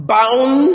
Bound